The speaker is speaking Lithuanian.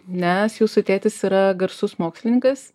nes jūsų tėtis yra garsus mokslininkas